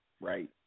right